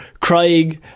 crying